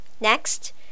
Next